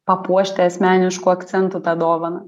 papuošti asmenišku akcentu tą dovaną